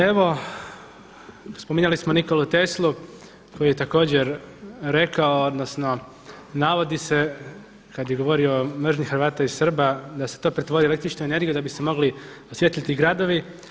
Evo spominjali smo Nikolu Teslu koji je također rekao odnosno navodi se kada je govorio o mržnji Hrvata i Srba da se to pretvori u električnu energiju da bi se mogli osvijetliti gradovi.